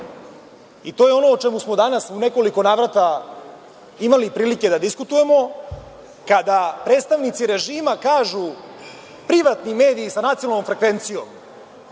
To je ono o čemu smo danas u nekoliko navrata imali prilike da diskutujemo kada predstavnici režima kažu – privatni mediji sa nacionalnom frekvencijom,